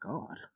God